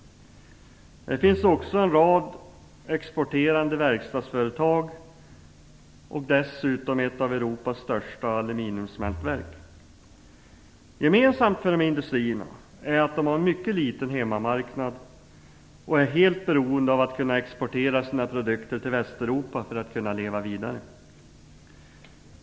Där finns också en rad exporterande verkstadsföretag och dessutom ett av Europas största aluminiumsmältverk. Gemensamt för de här industrierna är att de har en mycket liten hemmamarknad och är helt beroende av att kunna exportera sina produkter till Västeuropa för att kunna leva vidare.